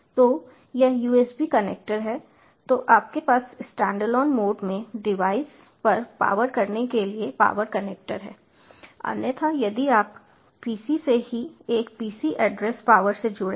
तो यह USB connector है तो आपके पास स्टैंडअलोन मोड में डिवाइस पर पावर करने के लिए पावर कनेक्टर है अन्यथा यदि आप pc से ही एक pc एड्रेस पॉवर से जुड़े हैं